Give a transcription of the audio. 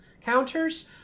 counters